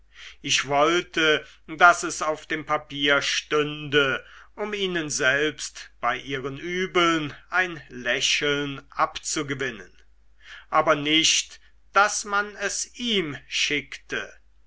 ich wollte daß es auf dem papier stünde um ihnen selbst bei ihren übeln ein lächeln abzugewinnen aber nicht daß man es ihm schickte